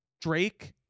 Drake